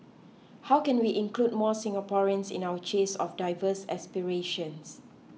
how can we include more Singaporeans in our chase of diverse aspirations